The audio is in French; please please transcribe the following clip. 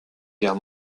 guerre